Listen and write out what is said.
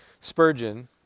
Spurgeon